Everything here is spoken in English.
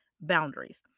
boundaries